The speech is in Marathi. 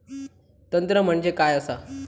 तंत्र म्हणजे काय असा?